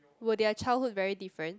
were their childhood very different